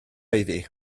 iddi